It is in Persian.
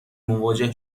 مواجه